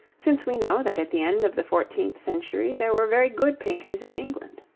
since we know that at the end of the fourteenth century there were very good painters in england.